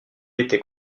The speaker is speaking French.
était